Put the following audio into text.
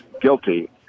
guilty